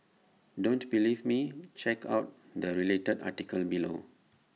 don't believe me check out the related articles below